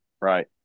right